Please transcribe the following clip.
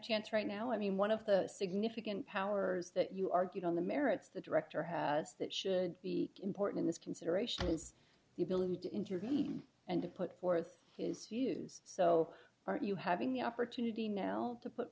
chance right now i mean one of the significant powers that you argued on the merits the director has that should be important in this consideration is the ability to intervene and to put forth his views so are you having the opportunity nailed to put